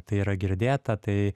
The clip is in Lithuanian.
tai yra girdėta tai